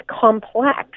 complex